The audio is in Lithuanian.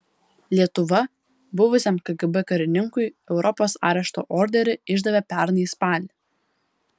lietuva buvusiam kgb karininkui europos arešto orderį išdavė pernai spalį